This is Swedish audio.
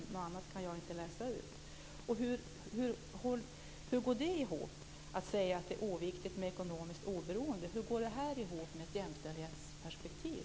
Något annat kan jag inte läsa ut. Hur går det ihop med att säga att det är oviktigt med ekonomiskt oberoende? Hur det ihop med ett jämställdhetsperspektiv?